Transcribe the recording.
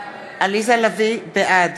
לביא, בעד